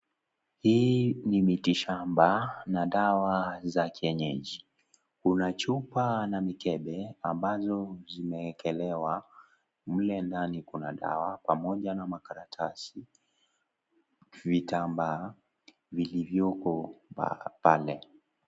Hii ni mitishamba na dawa za kienyeji. Kuna chupa na mikebe ambazo zimewekelewa. Mle ndani kuna dawa pamoja na makaratasi, vitambaa vilivyoko pale.